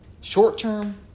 Short-term